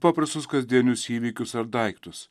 paprastus kasdienius įvykius ar daiktus